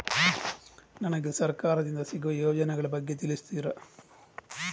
ನನಗೆ ಸರ್ಕಾರ ದಿಂದ ಸಿಗುವ ಯೋಜನೆ ಯ ಬಗ್ಗೆ ತಿಳಿಸುತ್ತೀರಾ?